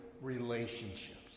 relationships